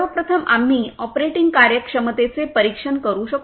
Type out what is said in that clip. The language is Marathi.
सर्व प्रथम आम्ही ऑपरेटिंग कार्यक्षमतेचे परीक्षण करू शकतो